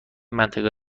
منطقه